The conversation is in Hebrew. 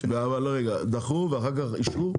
דחו ואחר כך אישרו?